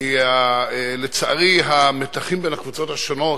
כי לצערי המתחים בין הקבוצות השונות,